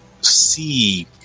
see